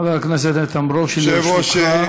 חבר הכנסת איתן ברושי, לרשותך.